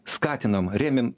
skatinom rėmėm